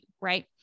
right